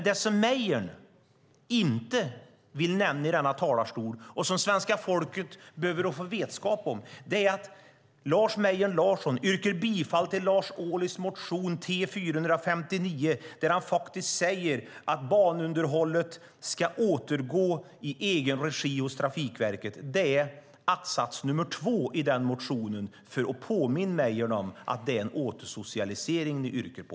Det Mejern inte vill nämna i talarstolen och som svenska folket behöver få vetskap om är att Lars Mejern Larsson yrkar bifall till Lars Ohlys motion T459, där han faktiskt säger att banunderhållet ska återgå i egen regi hos Trafikverket. Det är andra att-satsen i den motionen, för att påminna Mejern om att det är en återsocialisering som ni yrkar på.